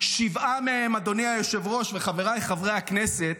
שבעה מהם, אדוני היושב-ראש וחבריי חברי הכנסת,